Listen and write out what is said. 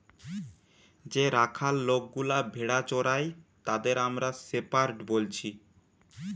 যে রাখাল লোকগুলা ভেড়া চোরাই তাদের আমরা শেপার্ড বলছি